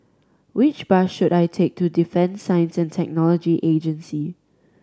which bus should I take to Defence Science And Technology Agency